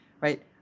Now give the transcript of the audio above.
right